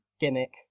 gimmick